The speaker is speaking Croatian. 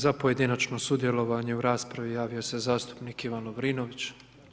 Za pojedinačnoj sudjelovanje u raspravi, javio se zastupnik Ivan Lovrinović.